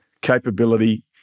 capability